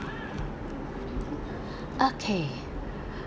okay